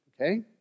okay